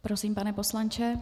Prosím, pane poslanče.